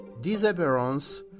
disappearance